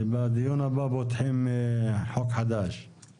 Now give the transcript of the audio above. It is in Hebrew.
ובדיון הבא פותחים חוק חדש.